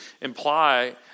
imply